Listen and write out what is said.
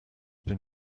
been